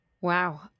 Wow